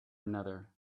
another